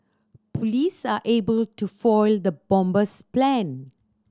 police are able to foil the bomber's plan